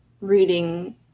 reading